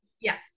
yes